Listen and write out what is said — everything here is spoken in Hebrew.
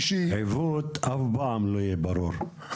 עיוות אף פעם לא יהיה ברור,